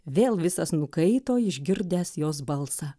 vėl visas nukaito išgirdęs jos balsą